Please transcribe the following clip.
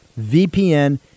VPN